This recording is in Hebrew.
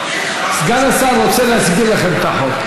סגן השר רוצה להסביר לכם את החוק.